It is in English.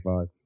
five